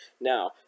Now